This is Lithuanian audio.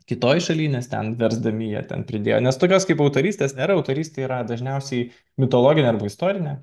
kitoj šaly nes ten versdami jie ten pridėjo nes tokios kaip autorystės nėra autorystė yra dažniausiai mitologinė istorinė